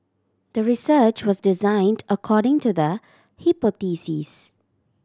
the research was designed according to the hypothesis